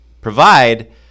provide